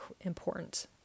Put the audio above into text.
important